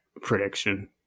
prediction